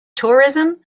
tourism